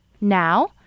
Now